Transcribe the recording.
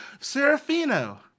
Serafino